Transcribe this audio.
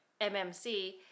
MMC